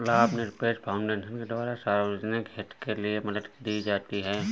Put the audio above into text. लाभनिरपेक्ष फाउन्डेशन के द्वारा सार्वजनिक हित के लिये मदद दी जाती है